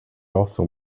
also